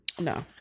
No